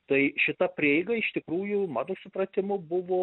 tai šita prieiga iš tikrųjų mano supratimu buvo